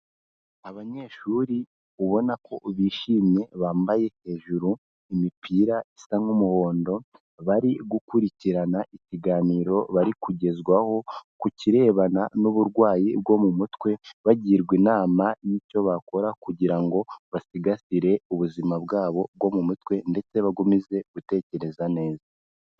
Abanyeshuri ubona ko bishimye, bambaye hejuru imipira isa nk'umuhondo, bari gukurikirana ikiganiro bari kugezwaho ku kirebana n'uburwayi bwo mu mutwe, bagirwa inama y'icyo bakora kugira ngo basigasire ubuzima bwabo bwo mu mutwe ndetse bagumize gutekereza neza.